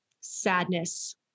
sadness